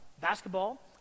basketball